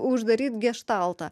uždaryt geštaltą